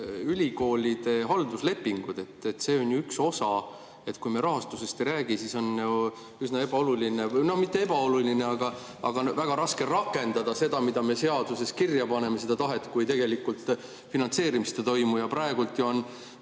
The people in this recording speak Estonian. ülikoolide halduslepingud? See on ju üks osa. Kui me rahastusest ei räägi, siis on ju üsna ebaoluline, no mitte ebaoluline, aga väga raske on rakendada seda, mida me seaduses kirja paneme, seda tahet, kui tegelikult finantseerimist ei toimu. Praegu on